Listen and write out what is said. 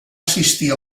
assistir